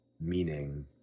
Meaning